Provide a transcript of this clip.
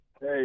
Hey